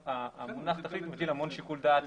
המונח "תחליט" מטיל המון שיקול דעת.